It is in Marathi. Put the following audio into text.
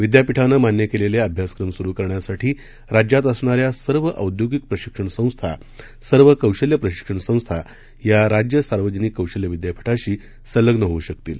विद्यापीठानं मान्य केलेले अभ्यासक्रम सुरु करण्यासाठी राज्यात असणाऱ्या सर्व औद्योगिक प्रशिक्षण संस्था सर्व कौशल्य प्रशिक्षण संस्थाया राज्य सार्वजनिक कौशल्य विद्यापीठाशी संलग्न होऊ शकतील